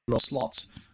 slots